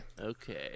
Okay